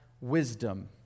wisdom